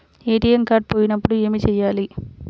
ATM card పోయినప్పుడు ఏమి చేయాలి?